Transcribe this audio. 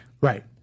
Right